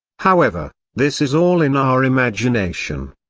however, this is all in our imagination.